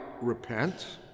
repent